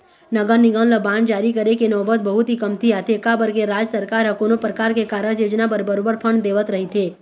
नगर निगम ल बांड जारी करे के नउबत बहुत ही कमती आथे काबर के राज सरकार ह कोनो परकार के कारज योजना बर बरोबर फंड देवत रहिथे